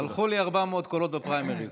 הלכו לי 400 קולות בפריימריז.